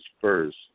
first